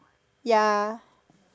ya